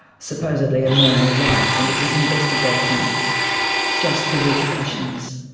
supposedly a normal life and it was investigating just the repercussions.